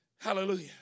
Hallelujah